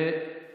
ועדת הפנים.